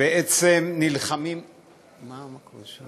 בעצם נלחמים מה קורה שם?